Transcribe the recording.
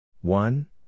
one